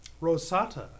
Rosata